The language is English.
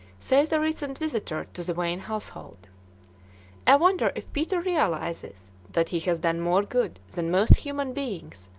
says a recent visitor to the wain household i wonder if peter realizes that he has done more good than most human beings,